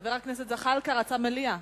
חבר הכנסת זחאלקה רצה מליאה.